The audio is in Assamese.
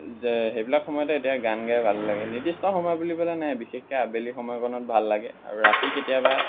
যে সেইবিলাক সময়তে এতিয়া গান গাই ভাল লাগে নিৰ্দিষ্ট সময় বুলিবলৈ নাই বিশেষকৈ আবেলি সময়কণত ভাল লাগে আৰু ৰাতি কেতিয়াবা